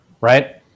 right